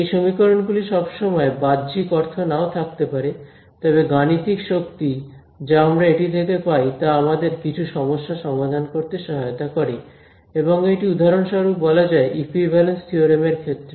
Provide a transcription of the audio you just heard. এই সমীকরণগুলি সবসময় বাহ্যিক অর্থ নাও থাকতে পারে তবে গাণিতিক শক্তি যা আমরা এটি থেকে পাই তা আমাদের কিছু সমস্যা সমাধান করতে সহায়তা করে এবং এটি উদাহরণস্বরূপ বলা যায় ইকুইভ্যালেন্স থিওরেম এর ক্ষেত্রে